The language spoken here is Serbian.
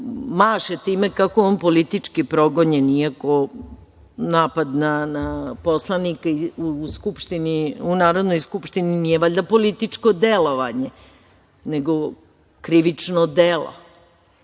maše time kako je on politički progonjen, iako napad na poslanika u Narodnoj Skupštini nije valjda političko delovanje, nego krivično delo,